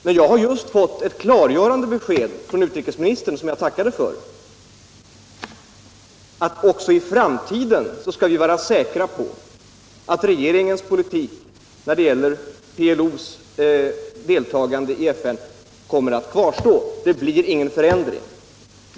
Men jag har just fått ett klargörande besked från utrikesministern på den punkten om att vi också i framtiden kan vara säkra på att regeringens politik när det gäller PLO:s deltagande i FN kommer att kvarstå — det blir ingen förändring.